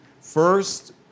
First